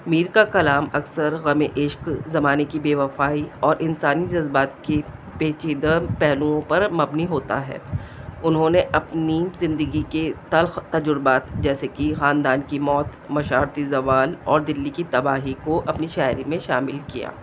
میر کا کلام اکثر غم عشک زمانے کی بے وفائی اور انسانی جذبات کی پیچیدہ پہلوؤں پر مبنی ہوتا ہے انہوں نے اپنی زندگی کے تلخ تجربات جیسے کہ خاندان کی موت مشارتی زوال اور دلی کی تباہی کو اپنی شاعری میں شامل کیا